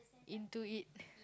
into it